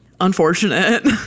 Unfortunate